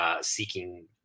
Seeking